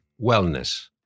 wellness